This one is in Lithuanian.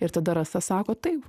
ir tada rasa sako taip